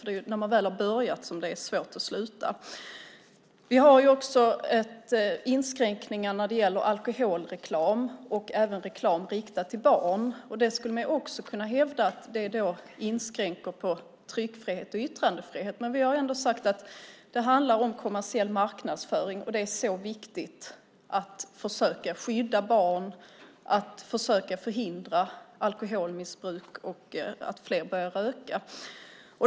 Det är när man väl har börjat som det är svårt att sluta. Vi har också inskränkningar när det gäller alkoholreklam och även reklam riktad till barn. Man skulle också kunna hävda att det inskränker på tryckfrihet och yttrandefrihet. Vi har ändå sagt att det handlar om kommersiell marknadsföring. Det är mycket viktigt att försöka skydda barn, att försöka förhindra alkoholmissbruk och att fler börjar röka.